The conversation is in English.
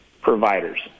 providers